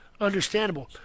understandable